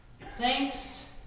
Thanks